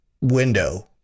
window